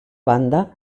banda